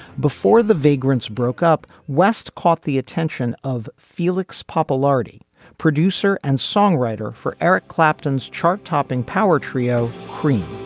before the vagrants broke up west caught the attention of felix popularity producer and songwriter for eric clapton's chart topping power trio cream.